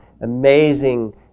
amazing